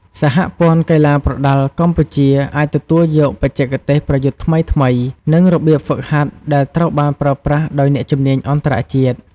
សហព័ន្ធកីឡាប្រដាល់កម្ពុជា អាចទទួលយកបច្ចេកទេសប្រយុទ្ធថ្មីៗ និងរបៀបហ្វឹកហាត់ដែលត្រូវបានប្រើប្រាស់ដោយអ្នកជំនាញអន្តរជាតិ។